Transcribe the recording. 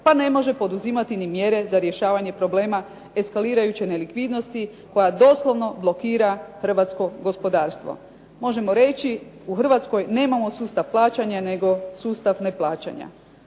pa ne može niti poduzeti mjere za rješavanje problema eskalirajuće nelikvidnosti koja doslovno blokira Hrvatsko gospodarstvo. Možemo reći u Hrvatskoj nemamo sustav plaćanja nego sustav neplaćanja.